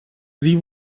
sie